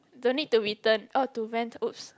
don't need to return oh to rent !oops!